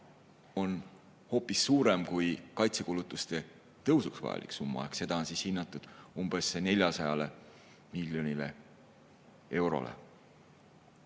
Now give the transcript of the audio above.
on hoopis suurem kui kaitsekulutuste tõusuks vajalik summa, seda on hinnatud umbes 400 miljonile eurole.